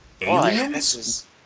Aliens